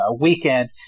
weekend